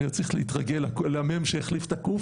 אני צריך להתרגל למ' שהחליף את הק'